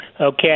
Okay